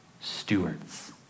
stewards